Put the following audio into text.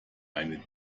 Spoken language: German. eine